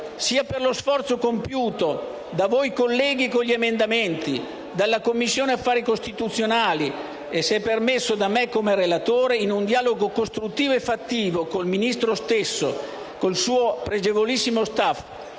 sia per lo sforzo compiuto da voi colleghi con gli emendamenti, dalla Commissione affari costituzionali e - se permesso - da me come relatore, in un dialogo costruttivo e fattivo con il Ministro stesso e con il suo pregevolissimo *staff*,